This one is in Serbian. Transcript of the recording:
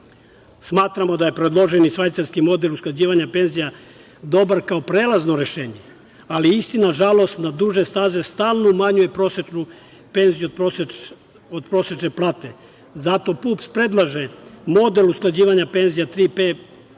da je predloženi švajcarski model usklađivanja penzija dobar kao prelazno rešenje, ali isti, nažalost, na duže staze stalno umanjuje prosečnu penziju od prosečne plate. Zato PUPS predlaže model usklađivanja penzija Tri